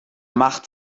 macht